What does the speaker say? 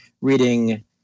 reading